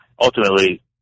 ultimately